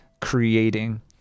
creating